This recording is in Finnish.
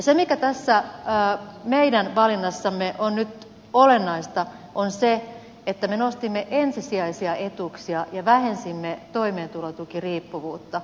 se mikä tässä meidän valinnassamme on nyt olennaista on se että me nostimme ensisijaisia etuuksia ja vähensimme toimeentulotukiriippuvuutta